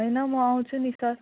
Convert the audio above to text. होइन म आउँछु नि सर